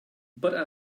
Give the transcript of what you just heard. but